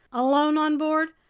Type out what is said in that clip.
alone on board,